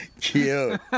Cute